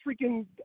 freaking